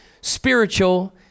spiritual